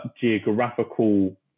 geographical